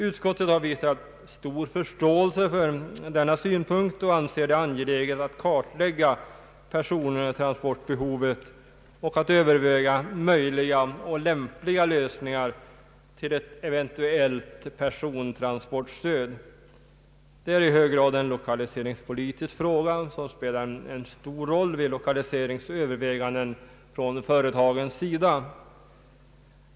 Utskottet har visat stor förståelse för denna synpunkt och anser det angeläget att kartlägga persontransportbehovet och att överväga möjliga och lämpliga lösningar till ett eventuellt persontransportstöd. Det är i hög grad en lokaliseringspolitisk fråga, som spelar en stor roll vid lokaliseringsöverväganden från företagens sida.